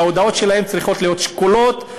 וההודעות שלהם צריכות להיות שקולות,